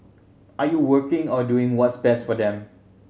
are you working or doing what's best for them